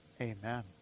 Amen